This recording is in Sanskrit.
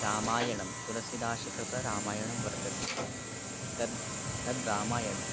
रामायणं तुलसीदासकृतरामायणं वर्तते तद् तद् रामायणं